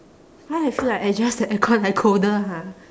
why I feel like I adjust the air con like colder ha